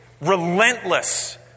relentless